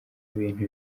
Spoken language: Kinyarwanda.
ibintu